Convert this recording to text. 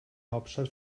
hauptstadt